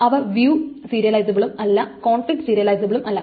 അവ വ്യൂ സീരിയലിസബിളും അല്ല കോൺഫ്ലിക്റ്റ് സീരിയലിസബിളും അല്ല